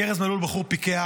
כי ארז מלול הוא בחור פיקח,